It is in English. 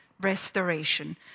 Restoration